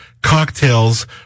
cocktails